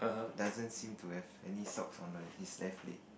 doesn't seem to have any socks on err his left leg